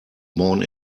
born